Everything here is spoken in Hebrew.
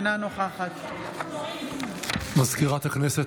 אינה נוכחת סגנית מזכיר הכנסת,